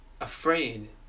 afraid